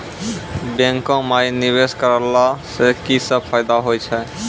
बैंको माई निवेश कराला से की सब फ़ायदा हो छै?